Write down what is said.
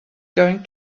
going